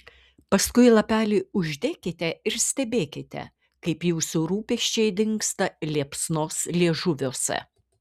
paskui lapelį uždekite ir stebėkite kaip jūsų rūpesčiai dingsta liepsnos liežuviuose